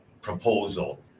proposal